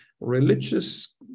religious